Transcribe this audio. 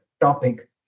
topic